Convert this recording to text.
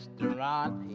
Restaurant